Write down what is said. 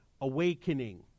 Awakening